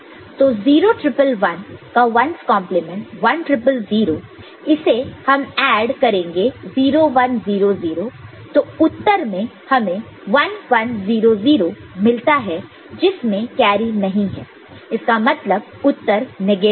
तो 0 1 1 1 का 1's complement 1's complement 1 0 0 0 इसे हम ऐड करेंगे 0 1 0 0 तो उत्तर में हमें 1 1 0 0 मिलता है जिसमें कैरी नहीं है इसका मतलब उत्तर नेगेटिव है